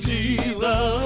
Jesus